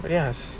yes